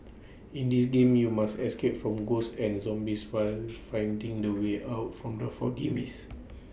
in this game you must escape from ghosts and zombies while finding the way out from the foggy maze